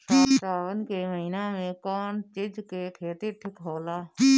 सावन के महिना मे कौन चिज के खेती ठिक होला?